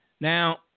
Now